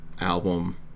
album